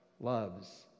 loves